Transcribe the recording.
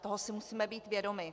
Toho si musíme být vědomi.